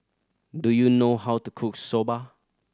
do you know how to cook Soba